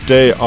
Day